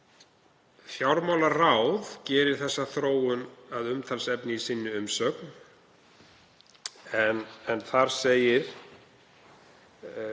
Fjármálaráð gerir þessa þróun að umtalsefni í umsögn sinni en þar segir: